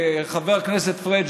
חבר הכנסת פריג',